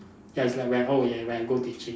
ya it's like when oh yeah when I go teaching